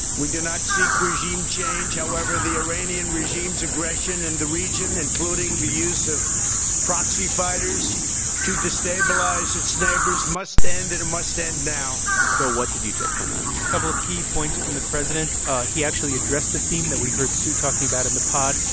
we do not seek regime change. however, the iranian regime's aggression in and the region, including the use of proxy fighters to destabilize its neighbors, must end. and it must end now phil, what did you take from that? a couple of key points from the president he actually addressed the theme that we heard sue talking about in the pod.